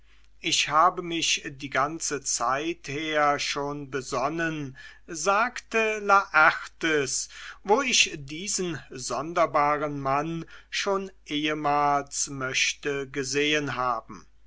ich habe mich die ganze zeit her schon besonnen sagte laertes wo ich diesen sonderbaren mann schon ehemals möchte gesehen haben